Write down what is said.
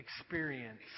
experience